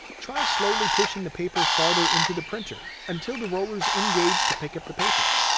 try slowly pushing the paper farther into the printer until the rollers engage to pick up the paper.